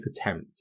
attempt